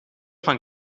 van